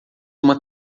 uma